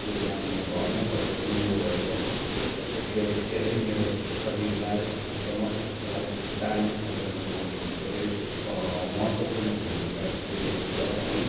त्यो बिहान म घरमै बसेर नै योगहरू गर्छु र त्यसले धेरै मेरो शरीरलाई र मस्तिष्कलाई ब्यालेन्समा ल्याउनुको लागि धेरै महत्त्वपूर्ण भूमिका खेलेको छ है